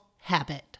habit